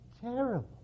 terrible